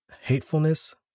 hatefulness